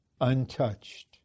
untouched